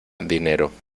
dinero